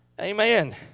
Amen